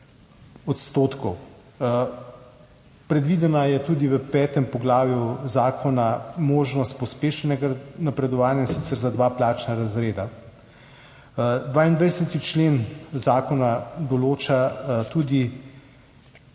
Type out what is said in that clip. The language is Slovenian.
kot 30 %. Predvidena je tudi v petem poglavju Zakona možnost pospešenega napredovanja, in sicer za dva plačna razreda. 22. člen Zakona določa tudi